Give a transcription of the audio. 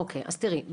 אוקיי אז תראי,